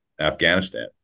Afghanistan